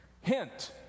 Hint